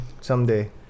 someday